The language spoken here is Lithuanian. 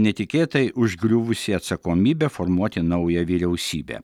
netikėtai užgriuvusi atsakomybė formuoti naują vyriausybę